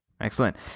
Excellent